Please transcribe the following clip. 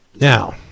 Now